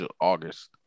August